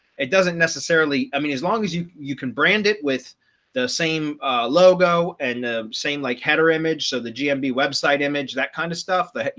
it doesn't necessarily i mean as long as you you can brand it with the same logo and same like header image. so the gmb website image, that kind of stuff that you